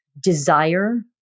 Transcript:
desire